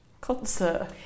concert